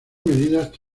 medidas